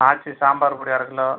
ஆச்சி சாம்பார் பொடி அரை கிலோ